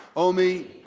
oh me,